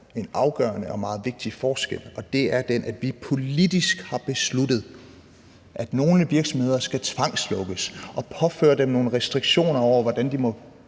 en afgørende og meget vigtig forskel, og det er den, at vi politisk har besluttet, at nogle virksomheder skal tvangslukkes, og vi påfører dem nogle restriktioner for, hvordan de må